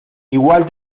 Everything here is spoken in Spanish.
igual